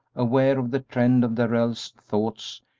aware of the trend of darrell's thoughts,